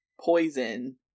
poison